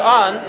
on